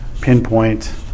pinpoint